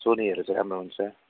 सोनीहरू चाहिँ राम्रो हुन्छ